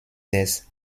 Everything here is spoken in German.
des